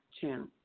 channel